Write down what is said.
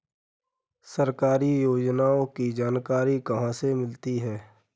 सरकारी योजनाओं की जानकारी कहाँ से मिलती है?